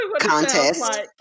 contest